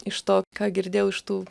iš to ką girdėjau iš tų